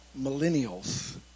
millennials